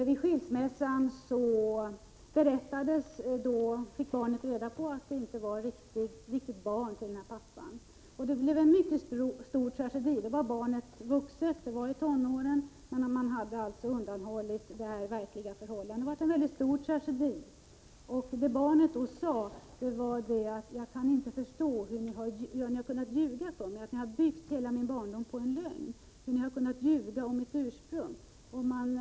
Vid skilsmässan fick barnet reda på att det inte var biologiskt barn till pappan. Det blev en mycket stor tragedi. Barnet var då vuxet, i tonåren, men det hade undanhållits det verkliga förhållandet. Det blev en väldigt stor tragedi. Vad barnet då sade var att han inte kunde förstå hur föräldrarna kunnat ljuga för honom, att de hade byggt hela hans barndom på en lögn, att de hade kunnat ljuga om hans ursprung.